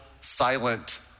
silent